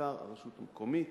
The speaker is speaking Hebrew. בעיקר הרשות המקומית,